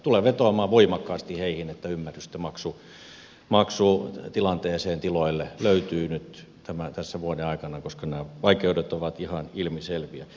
tulen vetoamaan voimakkaasti heihin että ymmärrystä maksutilanteeseen tiloille löytyy nyt tässä vuoden aikana koska nämä vaikeudet ovat ihan ilmiselviä